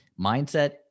mindset